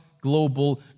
global